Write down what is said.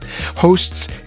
hosts